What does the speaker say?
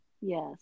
Yes